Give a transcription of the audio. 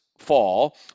fall